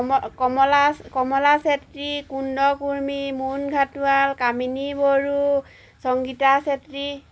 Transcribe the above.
Kamala Kamala Chetri Kunda Kurmi Mon Ghatowar Kamini Boro Sangita Chetri